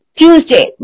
Tuesday